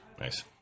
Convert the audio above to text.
Nice